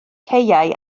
caeau